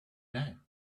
now